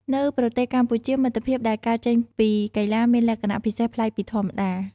នៅប្រទេសកម្ពុជា មិត្តភាពដែលកើតចេញពីកីឡាមានលក្ខណៈពិសេសប្លែកពីធម្មតា។